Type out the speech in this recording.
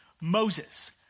Moses